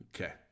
Okay